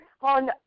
on